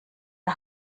der